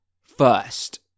first